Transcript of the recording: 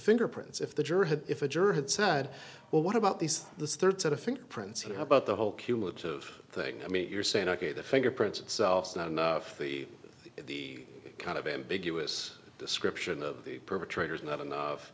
fingerprints if the jury had if a juror had said well what about these the third set of fingerprints and how about the whole cumulative thing i mean you're saying ok the fingerprints itself is not enough the the kind of ambiguous description of the perpetrator is not enough